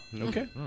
Okay